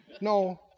No